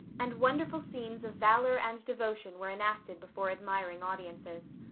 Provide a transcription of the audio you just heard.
and wonderful scenes of valor and devotion were enacted before admiring audiences.